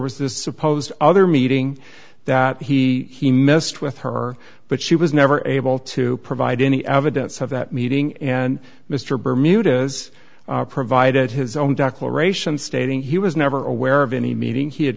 was this supposed other meeting that he missed with her but she was never able to provide any evidence of that meeting and mr bermuda's provided his own doctoral ration stating he was never aware of any meeting he had